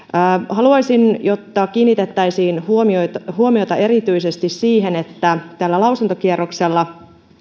haluaisin että kiinnitettäisiin huomiota erityisesti siihen että tällä lausuntokierroksella